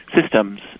systems